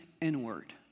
inward